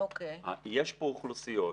יש פה אוכלוסיות,